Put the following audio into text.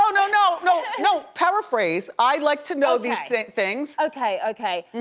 no, no, no, no, no, paraphrase. i like to know these things. okay, okay.